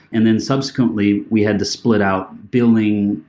and then subsequently, we had to split out billing,